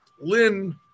Lynn